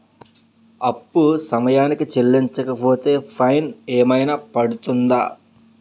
అప్పు సమయానికి చెల్లించకపోతే ఫైన్ ఏమైనా పడ్తుంద?